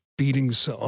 beatings